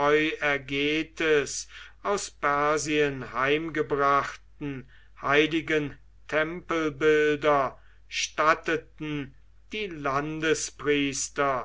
aus persien heimgebrachten heiligen tempelbilder statten die